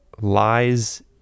lies